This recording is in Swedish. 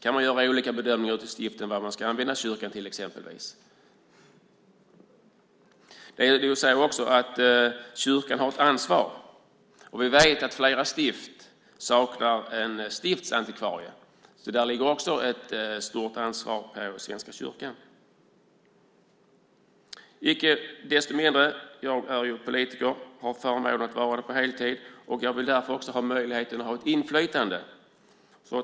Kan man exempelvis göra olika bedömningar ute i stiften av vad man ska använda kyrkan till? Kyrkan har också ett ansvar. Vi vet att flera stift saknar en stiftsantikvarie. Där ligger också ett stort ansvar på Svenska kyrkan. Icke desto mindre är jag ju politiker och har förmånen att vara det på heltid. Jag vill därför också ha möjligheten att ha ett inflytande.